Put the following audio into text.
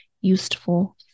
useful